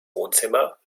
wohnzimmer